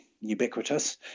ubiquitous